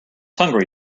hungry